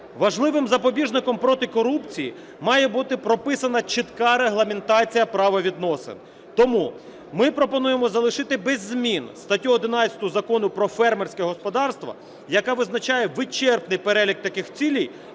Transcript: важливим запобіжником проти корупції має бути прописана чітка регламентація правовідносин. Тому ми пропонуємо залишити без змін статтю 11 Закону про фермерське господарство, яка визначає вичерпний перелік таких цілей,